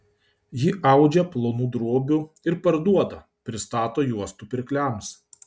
ji audžia plonų drobių ir parduoda pristato juostų pirkliams